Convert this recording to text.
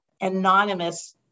anonymous